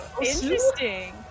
Interesting